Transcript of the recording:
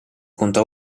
conta